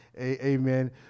Amen